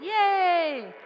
Yay